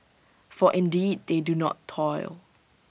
for indeed they do not toil